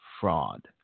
fraud